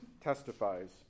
testifies